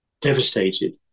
devastated